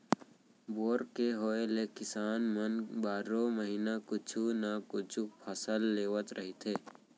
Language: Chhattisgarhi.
बोर के होए ले किसान मन बारो महिना कुछु न कुछु फसल लेवत रहिथे